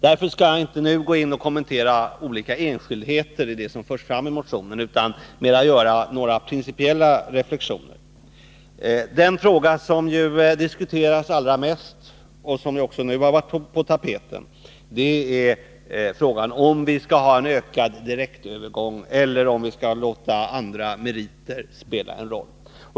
Därför skall jag inte nu kommentera olika enskildheter i motionerna utan mera göra några principiella reflektioner. Den fråga som diskuteras allra mest och som också har varit på tapeten i den här debatten är om vi skall ha en ökad direktövergång eller om vi skall låta andra meriter spela en roll.